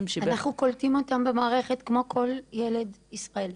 --- אנחנו קולטים אותם במערכת כמו כל ילד בישראל.